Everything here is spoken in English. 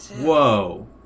whoa